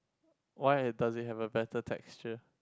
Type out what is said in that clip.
why does it have a better texture